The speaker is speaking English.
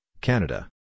Canada